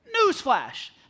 Newsflash